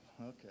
Okay